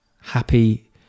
Happy